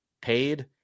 paid